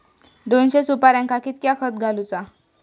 दोनशे सुपार्यांका कितक्या खत घालूचा?